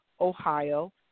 Ohio